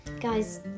Guys